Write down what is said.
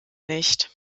nicht